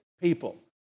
people